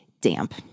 damp